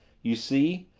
you see,